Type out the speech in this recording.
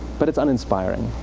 but it's uninspiring.